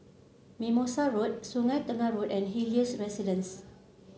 Mimosa Road Sungei Tengah Road and Helios Residences